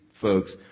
folks